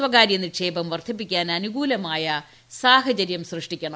സ്വകാര്യ നിക്ഷേപം വർദ്ധിപ്പിക്കാൻ അനുകൂലമായ സാഹചരൃം സൃഷ്ടിക്കണം